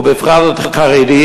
או בפרט חרדי.